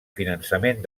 finançament